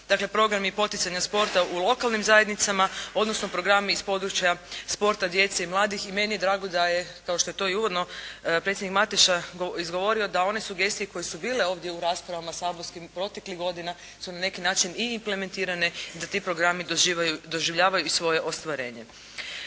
Dakle, programi poticanja sporta u lokalnim zajednicama odnosno programi iz područja sporta djece i mladih i meni je drago da je kao što je to i uvodno predsjednik Mateša izgovorio da one sugestije koje su bile ovdje u raspravama saborskim proteklih godina su na neki način i implementirane i da ti programi doživljavaju i svoje ostvarenje.